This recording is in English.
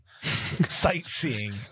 sightseeing